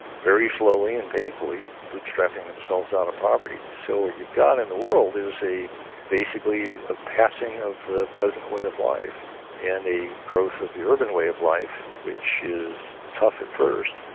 very slowly and painfully, bootstrapping themselves out of poverty. so what you've got in the world is basically a passing of the peasant way of life and the growth of the urban way of life, which is tough at first,